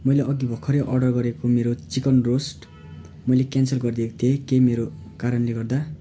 मैले अघि भर्खरै अर्डर गरेको मेरो चिकन रोस्ट मैले क्यान्सल गरिदिएको थिएँ केही मेरो कारणले गर्दा